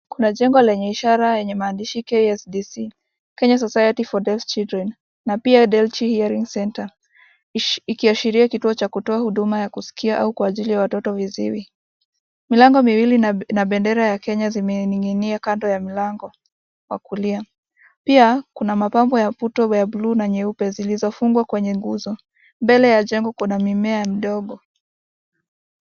Kuna jengo lenye ishara ya maandishi KSDC , Kenya Society for Deaf Children na pia Dechi Hearing Center ikiiashiria kutoa huduma ya kuskia kwa ajili ya watoto viziwi. Milango miwili na bendera ya kenya zimening'inia kado ya mlango wa kulia. Pia kuna pambo ya mfuto buluu na nyeupe zilizofungwa kwenye nguzo. Mbele ya jengo kuna mimea ndogo.